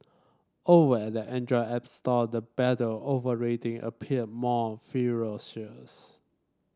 over at the Android app store the battle over rating appear more ferocious